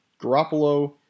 Garoppolo